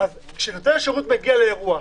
אבל כשנותן שירות מגיע לאירוע,